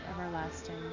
everlasting